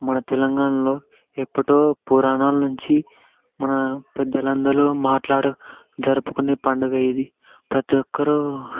మన తెలంగాణలో ఎప్పుడో పురాణాల నుంచి మన పెద్దలు అందరూ మాట్లాడ జరుపుకునే పండుగ ఇది ప్రతి ఒక్కరూ